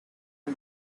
can